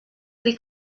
beli